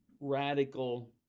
radical